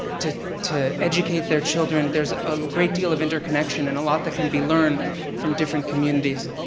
to to educate their children. there's a great deal of interconnection and a lot that can be learned from different communities.